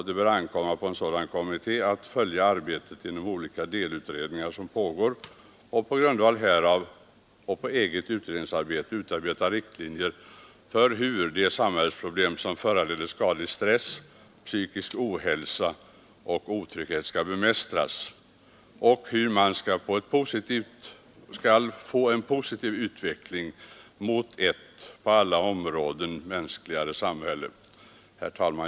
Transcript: Det bör ankomma på en sådan kommitté att följa arbetet inom olika delutredningar som pågår och på grundval härav och på eget utredningsarbete utarbeta riktlinjer för hur de samhällsproblem som föranleder skadlig stress, psykisk ohälsa och otrygghet skall bemästras och hur man skall få en positiv utveckling mot ett på alla områden mänskligare samhälle. Herr talman!